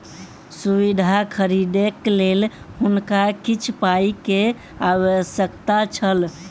सुविधा खरीदैक लेल हुनका किछ पाई के आवश्यकता छल